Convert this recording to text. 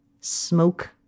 smoke